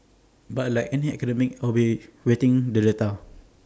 but like any academic I will be awaiting the data